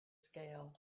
scale